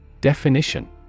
Definition